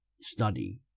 study